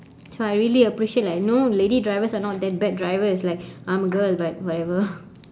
so I really appreciate like you know lady drivers are not that bad drivers like I'm a girl but whatever